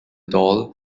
doll